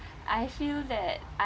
I feel that I